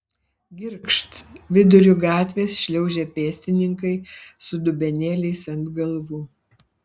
girgžt viduriu gatvės šliaužia pėstininkai su dubenėliais ant galvų